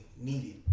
needed